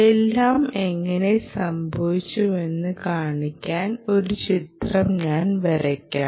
എല്ലാം എങ്ങനെ സംഭവിച്ചുവെന്ന് കാണിക്കാൻ ഒരു ചിത്രം ഞാൻ വരയ്ക്കാം